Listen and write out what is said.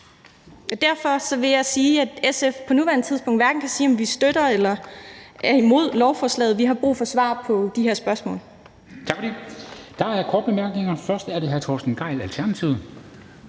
Derfor vil jeg sige, at SF på nuværende tidspunkt ikke kan sige, om vi støtter lovforslaget eller er imod det. Vi har brug for svar på de her spørgsmål.